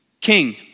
king